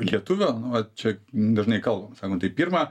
lietuvio nu va čia dažnai kalbam sakom tai pirma